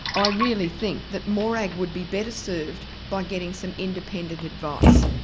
i really think that morag would be better served by getting some independent advice.